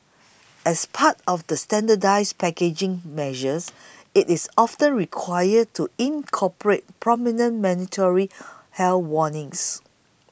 as part of the standardised packaging measures it is often required to incorporate prominent mandatory health warnings